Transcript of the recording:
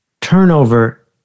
turnover